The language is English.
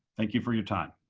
thank you for your time.